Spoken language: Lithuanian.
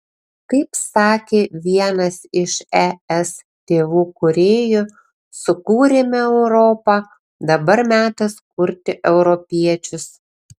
kaip sakė vienas iš es tėvų kūrėjų sukūrėme europą dabar metas kurti europiečius